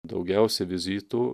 daugiausia vizitų